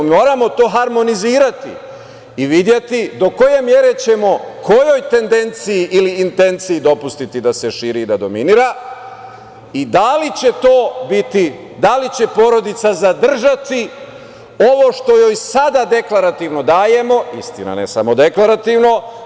Moramo to harmonizovati i videti do koje mere ćemo, kojoj tendenciji ili intenciji dopustiti da se širi i da dominira i da li će to biti, da li će porodica zadržati ovo što joj sada deklarativno dajemo, istina ne samo deklarativno.